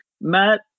Matt